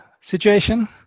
situation